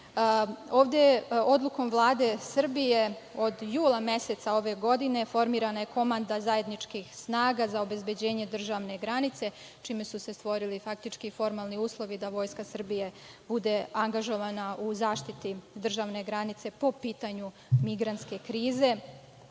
stigli. Odlukom Vlade Srbije od jula meseca ove godine formirana je komanda zajedničkih snaga za obezbeđenje državne granice, čime su se stvorili faktički formalni uslovi da Vojska Srbije bude angažovana u zaštiti državne granice po pitanju migrantske krize.